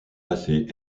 assez